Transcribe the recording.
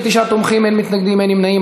29 תומכים, אין מתנגדים, אין נמנעים.